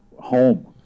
home